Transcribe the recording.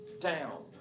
down